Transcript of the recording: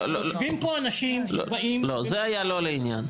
יושבים פה אנשים שבאים --- לא זה היה לא לעניין.